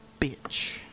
bitch